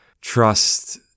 trust